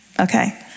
Okay